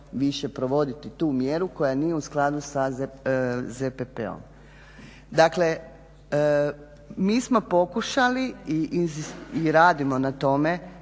više provoditi tu mjeru koja nije u skladu sa ZPP-om. Dakle, mi smo pokušali i radimo na tome